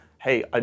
hey